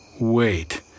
Wait